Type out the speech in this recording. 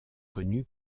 connue